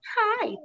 Hi